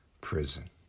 Prison